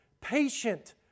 patient